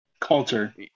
culture